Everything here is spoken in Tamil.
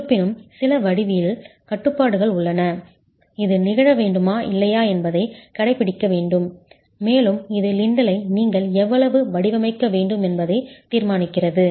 இருப்பினும் சில வடிவியல் கட்டுப்பாடுகள் உள்ளன இது நிகழ வேண்டுமா இல்லையா என்பதைக் கடைப்பிடிக்க வேண்டும் மேலும் இது லின்டலை நீங்கள் எவ்வளவு வடிவமைக்க வேண்டும் என்பதை தீர்மானிக்கிறது